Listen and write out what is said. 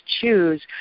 choose